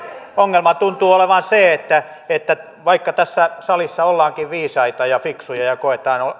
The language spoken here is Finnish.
ongelma tuntuu olevan se että että vaikka tässä salissa ollaankin viisaita ja fiksuja ja koetaan